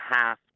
half